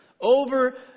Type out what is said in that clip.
over